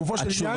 גופו של עניין,